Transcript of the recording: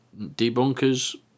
debunkers